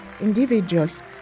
individuals